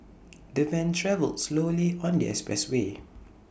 the van travelled slowly on the expressway